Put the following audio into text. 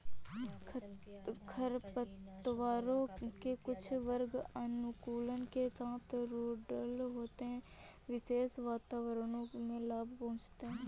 खरपतवारों के कुछ वर्ग अनुकूलन के साथ रूडरल होते है, विशेष वातावरणों में लाभ पहुंचाते हैं